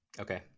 okay